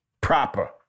proper